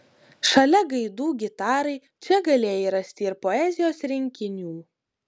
šalia gaidų gitarai čia galėjai rasti ir poezijos rinkinių